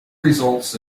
results